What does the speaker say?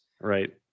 right